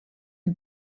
the